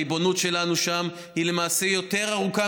הריבונות שלנו שם היא למעשה יותר ארוכה